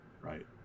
right